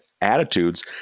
attitudes